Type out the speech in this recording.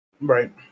right